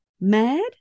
Mad